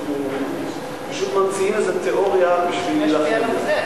ופשוט ממציאים איזו תיאוריה בשביל להילחם בזה.